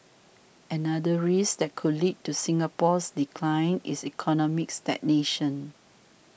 another risk that could lead to Singapore's decline is economic stagnation